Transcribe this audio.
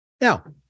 now